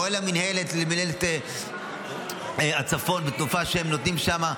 כל מינהלת הצפון בתנופה שהם נותנים שמה.